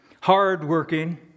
Hard-working